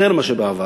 יותר מאשר בעבר.